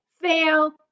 fail